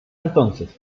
entonces